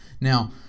Now